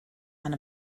and